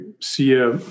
see